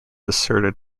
asserted